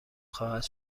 خواهد